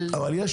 אבל יש